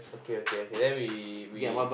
okay okay okay then we we